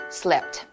slept